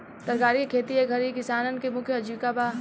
तरकारी के खेती ए घरी किसानन के मुख्य आजीविका बा